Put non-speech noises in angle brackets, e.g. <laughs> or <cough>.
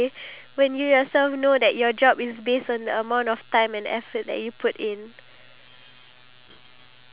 okay <laughs> so this question I feel like it's a it's a sad question